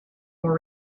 more